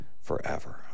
forever